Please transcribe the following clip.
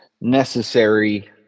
necessary